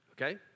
okay